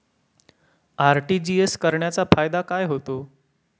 RTGS करण्याचा फायदा काय होतो?